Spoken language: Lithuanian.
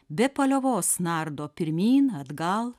be paliovos nardo pirmyn atgal